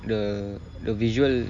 the the visual